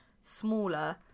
smaller